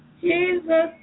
Jesus